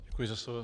Děkuji za slovo.